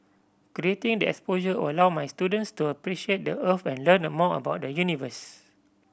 creating the exposure will allow my students to appreciate the Earth and learn more about the universe